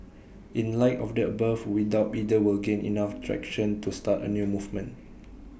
in light of the above we doubt either will gain enough traction to start A new movement